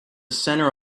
center